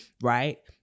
right